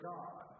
God